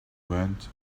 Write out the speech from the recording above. went